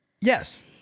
Yes